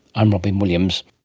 i'm robyn williams